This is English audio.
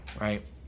right